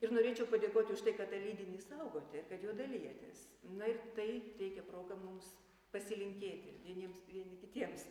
ir norėčiau padėkoti už tai kad lydinį saugote ir kad juo dalijotės na ir tai teikia progą mums pasilinkėti vieniems vieni kitiems